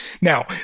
Now